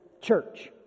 church